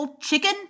chicken